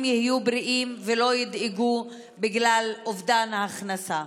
יהיו בריאים ולא ידאגו בגלל אובדן ההכנסה.